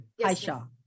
Hishaw